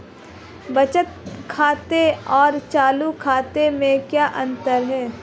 बचत खाते और चालू खाते में क्या अंतर है?